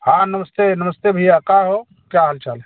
हाँ नमस्ते नमस्ते भैया का हो क्या हाल चाल है